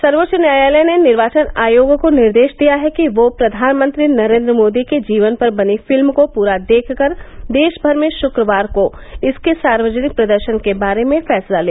सर्वोच्च न्यायालय ने निर्वाचन आयोग को निर्देश दिया है कि वह प्रधानमंत्री नरेन्द्र मोदी के जीवन पर बनी फिल्म को पूरा देखकर देशभर में शुक्रवार को इसके सार्वजनिक प्रदर्शन के बारे में फैसला ले